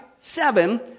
seven